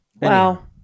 Wow